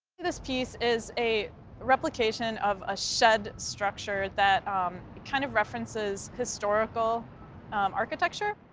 this piece is a replication of a shed structure that kind of references historical architecture.